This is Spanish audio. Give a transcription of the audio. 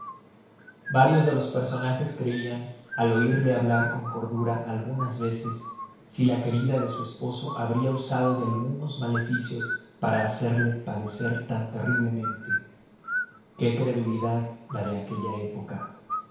varios de los personajes creian al oirla hablar con cordura algunas veces si la querida de su esposo habria usado de algunos maleficios para hacerla padecer tan terriblemente qué credulidad la de aquella época